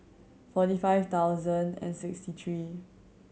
forty five thousand and sixty three